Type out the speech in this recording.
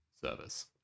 service